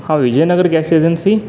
हा Vijaynagar gas agency